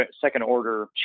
second-order